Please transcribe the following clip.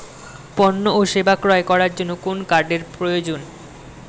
পণ্য ও সেবা ক্রয় করার জন্য কোন কার্ডের প্রয়োজন?